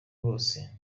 bose